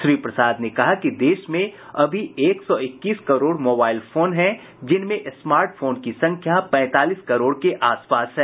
श्री प्रसाद ने कहा कि देश में अभी एक सौ इक्कीस करोड़ मोबाईल फोन हैं जिनमें स्मार्ट फोन की संख्या पैंतालीस करोड़ के आसपास है